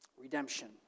Redemption